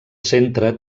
centre